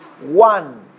one